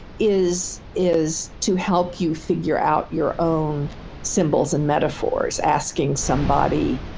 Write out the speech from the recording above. is is to help you figure out your own symbols and metaphors asking somebody,